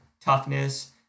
toughness